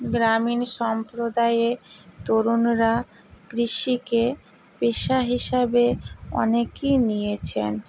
গ্রামীণ সম্প্রদায়ে তরুণরা কৃষিকে পেশা হিসাবে অনেকেই নিয়েছেন